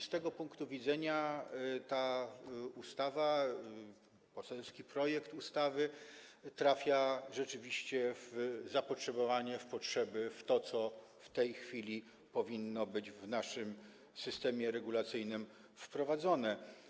Z tego punktu widzenia ta ustawa, ten poselski projekt ustawy rzeczywiście trafia w zapotrzebowanie, w potrzeby, w to, co w tej chwili powinno być w naszym systemie regulacyjnym wprowadzone.